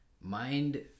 mind